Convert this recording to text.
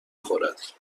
خورد